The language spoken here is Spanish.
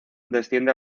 desciende